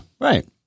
Right